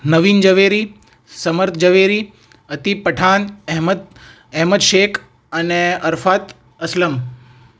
નવીન ઝવેરી સમર્થ ઝવેરી અતિક પઠાણ અહેમદ અહેમદ શેખ અને અરાફત અસલમ